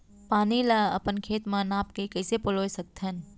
पानी ला अपन खेत म नाप के कइसे पलोय सकथन?